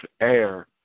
air